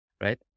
right